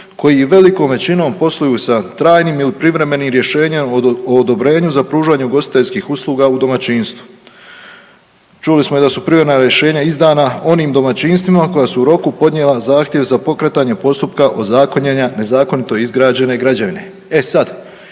koji velikom većinom posluju sa trajnim ili privremenim rješenjem o odobrenju za pružanje ugostiteljskih usluga u domaćinstvu. Čuli smo i da su privremena rješenja izdana onim domaćinstvima koja su u roku podnijela zahtjev za pokretanje postupka ozakonjenja nezakonito izgrađene građevine.